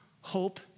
hope